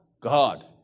God